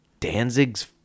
Danzig's